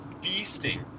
feasting